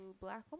black